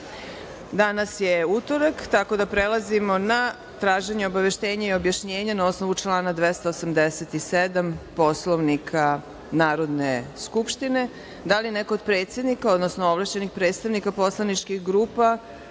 je utorak, tako da prelazimo na traženje obaveštenja i objašnjenja, na osnovu člana 287. Poslovnika Narodne skupštine. Da li od predsednika, odnosno ovlašćenih predstavnika poslaničkih grupa